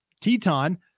Teton